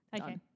Okay